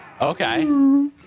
Okay